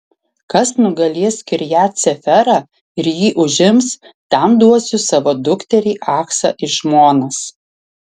kas nugalės kirjat seferą ir jį užims tam duosiu savo dukterį achsą į žmonas